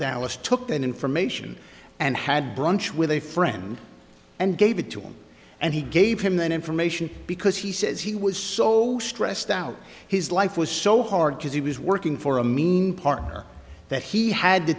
dallas took that information and had brunch with a friend and gave it to him and he gave him that information because he says he was so stressed out his life was so hard because he was working for a mean part that he had to